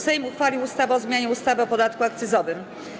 Sejm uchwalił ustawę o zmianie ustawy o podatku akcyzowym.